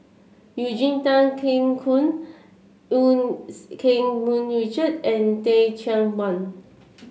Eugene Tan Kheng Eu Keng Mun Richard and Teh Cheang Wan